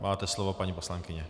Máte slovo, paní poslankyně.